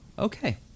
Okay